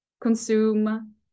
consume